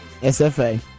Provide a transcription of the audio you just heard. SFA